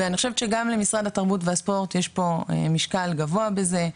ואני חושבת שגם למשרד התרבות והספורט יש פה משקל גבוה בזה.